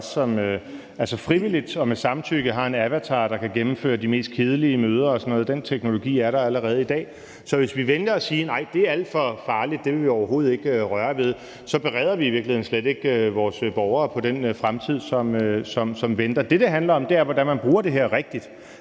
også frivilligt og med samtykke har en avatar, der kan gennemføre de mest kedelige møder og sådan noget. Den teknologi er der allerede i dag. Så hvis vi vælger at sige, at det er alt for farligt, og at det vil vi overhovedet ikke røre ved, så bereder vi i virkeligheden slet ikke vores borgere på den fremtid, som venter. Det, det handler om, er, hvordan man bruger det her rigtigt